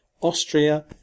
Austria